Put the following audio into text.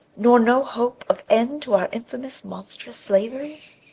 nor no hope of end to our infamous, monstrous slaveries.